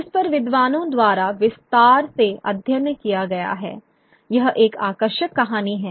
जिस पर विद्वानों द्वारा विस्तार से अध्ययन किया गया है यह एक आकर्षक कहानी है